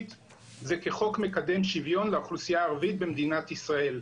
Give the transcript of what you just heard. זה כחוק מקדם שוויון לאוכלוסייה הערבית במדינת ישראל.